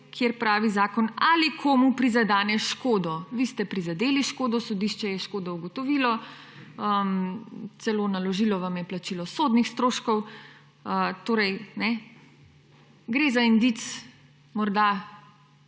kjer pravi zakon − ali komu prizadene škodo. Vi ste prizadeli škodo, sodišče je škodo ugotovilo, celo naložilo vam je plačilo sodnih stroškov. Gre za indic morda